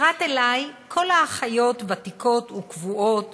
פרט לי, כל האחיות ותיקות וקבועות,